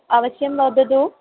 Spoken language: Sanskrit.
अवश्यं वदतु